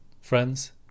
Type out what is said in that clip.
Friends